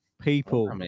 people